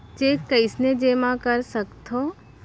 Cheque कईसने जेमा कर सकथो?